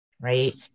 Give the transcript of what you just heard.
right